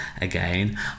again